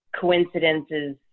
coincidences